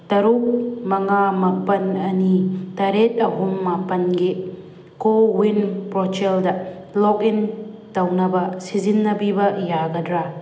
ꯇꯔꯨꯛ ꯃꯉꯥ ꯃꯥꯄꯟ ꯑꯅꯤ ꯇꯔꯦꯠ ꯑꯍꯨꯝ ꯃꯥꯄꯟꯒꯤ ꯀꯣꯋꯤꯟ ꯄꯣꯔꯇꯦꯜꯗ ꯂꯣꯛ ꯏꯟ ꯇꯧꯅꯕ ꯁꯤꯖꯤꯟꯅꯕꯤꯕ ꯌꯥꯒꯗ꯭ꯔꯥ